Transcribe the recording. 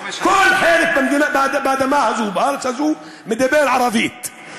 כל חלק באדמה הזאת, בארץ הזאת, מדבר ערבית.